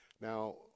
Now